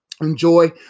enjoy